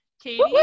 Katie